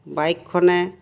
বাইকখনে